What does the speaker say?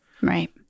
Right